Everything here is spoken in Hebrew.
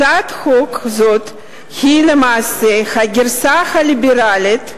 הצעת חוק זאת היא למעשה הגרסה הליברלית,